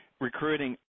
recruiting